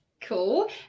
Cool